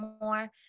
more